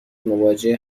مواجه